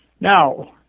Now